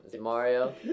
Mario